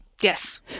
Yes